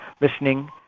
listening